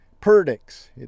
Perdix